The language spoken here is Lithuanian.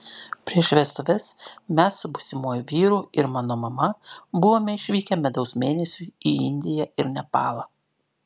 prieš vestuves mes su būsimuoju vyru ir mano mama buvome išvykę medaus mėnesio į indiją ir nepalą